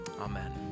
Amen